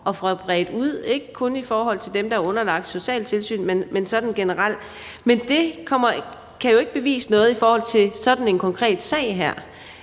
at få bredt ud, så det ikke kun er i forhold til dem, der er underlagt socialtilsynet, men at det gælder generelt. Men det kan jo ikke bevise noget i forhold til sådan en konkret sag her;